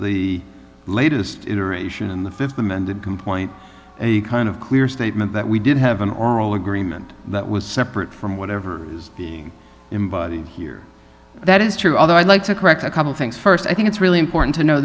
the latest iteration in the th amended complaint a kind of clear statement that we did have an oral agreement that was separate from whatever be embodied here that is true although i'd like to correct a couple things st i think it's really important to know